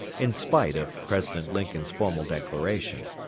in spite of president lincoln's formal declaration.